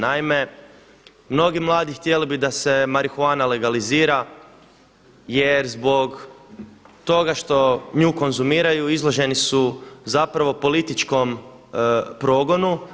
Naime, mnogi mladi htjeli bi da se marihuana legalizira jer zbog toga što nju konzumiraju izloženi su zapravo političkom progonu.